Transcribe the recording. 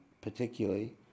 particularly